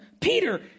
Peter